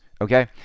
okay